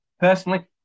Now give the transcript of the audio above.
personally